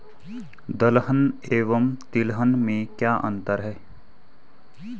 दलहन एवं तिलहन में क्या अंतर है?